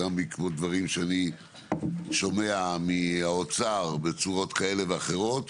גם בעקבות דברים שאני שומע מהאוצר בצורות כאלה ואחרות,